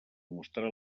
mostrar